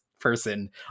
person